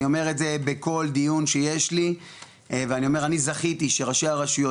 אני אומר את זה בכל דיון שיש לי ואני אומר אני זכיתי שראשי הרשויות,